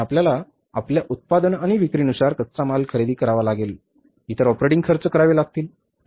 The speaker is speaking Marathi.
आणि आपल्याला आपल्या उत्पादन आणि विक्री नुसार कच्चा माल खरेदी करावा लागेल आणि इतर ऑपरेटिंग खर्च करावा लागेल बरोबर